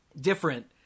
different